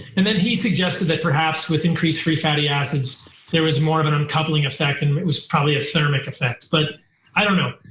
and then he suggested that perhaps with increased free fatty acids there was more of an uncoupling effect and it was probably a thermic effect, but i don't know.